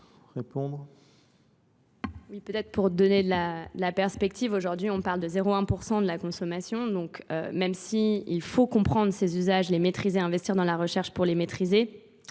? Peut-être pour donner de la perspective, aujourd'hui on parle de 0,1% de la consommation, donc même s'il faut comprendre ces usages, les maîtriser, investir dans la recherche pour les maîtriser,